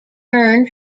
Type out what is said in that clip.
earned